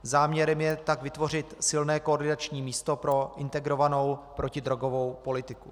Záměrem tak je vytvořit silné koordinační místo pro integrovanou protidrogovou politiku.